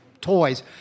toys